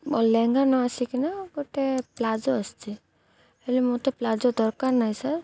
ଲେହେଙ୍ଗା ନ ଆସିକିନା ଗୋଟେ ପ୍ଲାଜୋ ଆସିଛି ହେଲେ ମୋତେ ପ୍ଲାଜୋ ଦରକାର ନାହିଁ ସାର୍